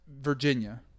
Virginia